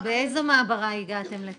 לאיזו מעברה הגעתם לכאן?